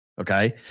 Okay